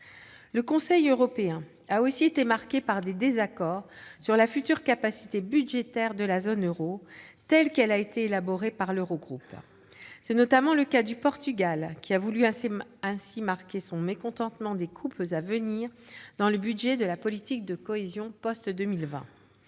Le Conseil européen a aussi été marqué par des désaccords sur la future capacité budgétaire de la zone euro telle qu'elle a été élaborée par l'Eurogroupe. Le Portugal, en particulier, a ainsi manifesté son mécontentement au regard des coupes à venir dans le budget de la politique de cohésion post-2020.